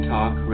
Talk